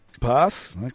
Pass